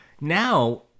now